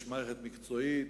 יש מערכת מקצועית.